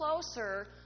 closer